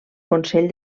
consell